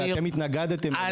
שאתם התנגדתם אליה.